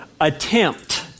attempt